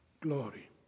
glory